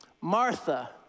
Martha